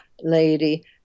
lady